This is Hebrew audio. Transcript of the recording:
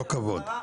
לא כבוד.